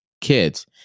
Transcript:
kids